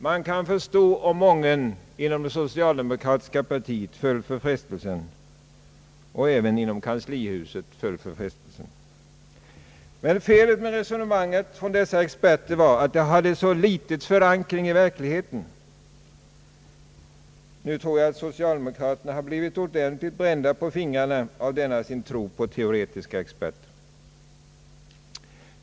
Man kan förstå om mången inom det socialdemokratiska partiet, och även inom kanslihuset, föll för frestelsen. Men felet med dessa experters resonemang var att det hade så ringa förankring i verkligheten. Nu tror jag att socialdemokraterna har blivit ordentligt brända av denna sin tro på teoretiska experter.